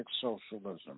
Socialism